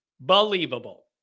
Believable